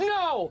no